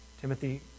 Timothy